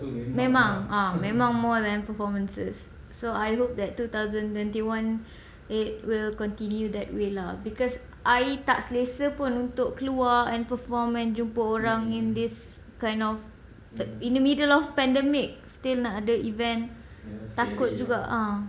memang ah memang more than performances so I hope that two thousand twenty one it will continue that way lah because I tak selesa pun untuk keluar and perform and jumpa orang in this kind of the in the middle of pandemic still nak ada event takut juga ah